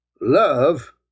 Love